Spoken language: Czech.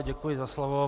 Děkuji za slovo.